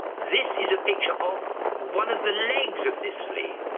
this is a picture of one of the legs of this flea.